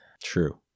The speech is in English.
True